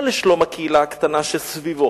ולא לשלום הקהילה הקטנה שסביבו